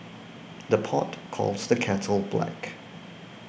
the pot calls the kettle black